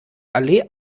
allee